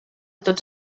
tots